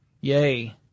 Yay